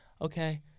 okay